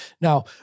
Now